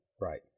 Right